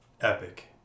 epic